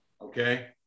Okay